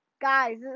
guys